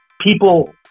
people